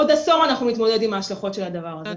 עוד עשור אנחנו נתמודד עם ההשלכות של הדבר הזה.